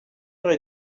heure